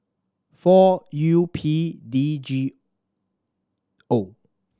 four U P D G O